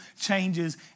changes